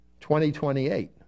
2028